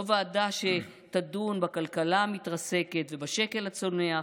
לא ועדה שתדון בכלכלה המתרסקת ובשקל הצונח,